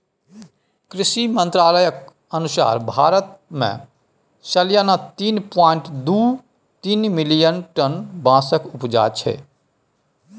कृषि मंत्रालयक अनुसार भारत मे सलियाना तीन पाँइट दु तीन मिलियन टन बाँसक उपजा छै